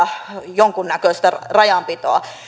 jonkunnäköistä rajanpitoa